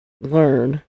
learn